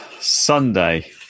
sunday